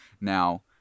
Now